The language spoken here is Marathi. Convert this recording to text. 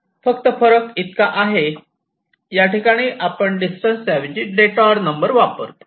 फक्त फरक इतका आहे याठिकाणी आपण डिस्टन्स ऐवजी डेटोर नंबरचा वापर करतो